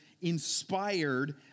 inspired